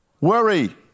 worry